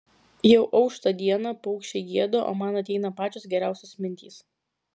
jau aušta diena paukščiai gieda o man ateina pačios geriausios mintys